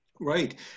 Right